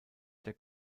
der